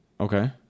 Okay